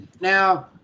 Now